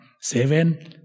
seven